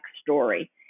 story